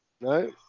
No